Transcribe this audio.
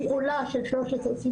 הפעולה של 1325,